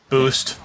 Boost